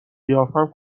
قیافم